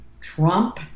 Trump